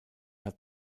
hat